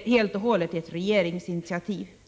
helt och hållet ett regeringsinitiativ.